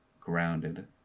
grounded